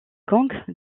gang